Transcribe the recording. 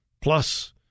plus